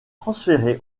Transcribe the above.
transférée